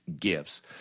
gifts